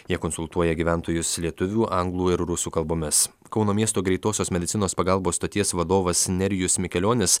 jie konsultuoja gyventojus lietuvių anglų ir rusų kalbomis kauno miesto greitosios medicinos pagalbos stoties vadovas nerijus mikelionis